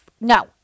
No